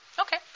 Okay